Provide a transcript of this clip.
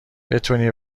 بتونی